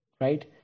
Right